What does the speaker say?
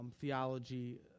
theology